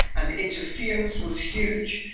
and the interference was huge,